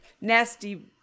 nasty